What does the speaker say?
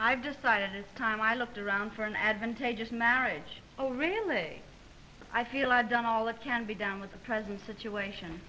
i've decided it's time i looked around for an advantageous marriage oh really i feel i've done all that can be done with the present situation